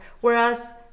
whereas